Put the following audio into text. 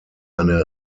eine